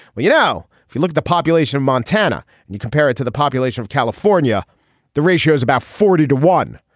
well you know if you look at the population of montana and you compare it to the population of california the ratio is about forty to one.